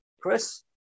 Chris